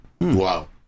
Wow